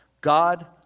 God